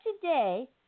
today